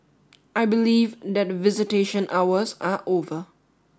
I believe that visitation hours are over